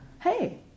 hey